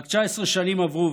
רק 19 שנים עברו,